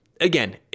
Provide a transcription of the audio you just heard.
again